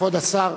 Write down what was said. כבוד השר.